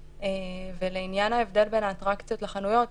לעניין ההבדל בין האטרקציות לחנויות,